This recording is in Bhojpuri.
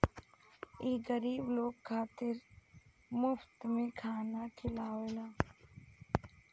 ई गरीब लोग खातिर मुफ्त में खाना खिआवेला